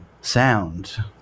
sound